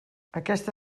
aquesta